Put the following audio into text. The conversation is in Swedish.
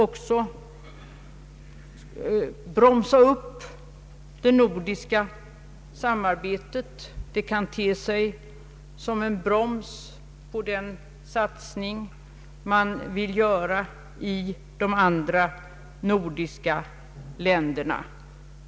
Vårt ställningstagande kan också bromsa upp det nordiska samarbetet.